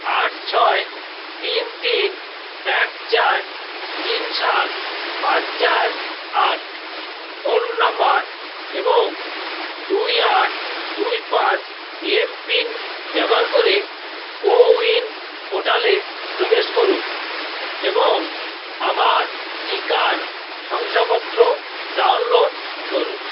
আট ছয় তিন তিন এক চার তিন সাত পাঁচ চার আট ফোন নাম্বার এবং দুই আট দুই পাঁচ এমপিন ব্যবহার করে কোউইন পোর্টালে প্রবেশ করুন এবং আমার টিকার শংসাপত্র ডাউনলোড করুন